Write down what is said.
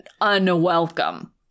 unwelcome